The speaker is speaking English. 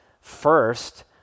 first